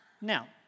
Now